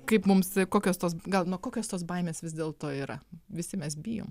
kaip mums kokios tos gal nu kokios tos baimės vis dėlto yra visi mes bijom